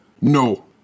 No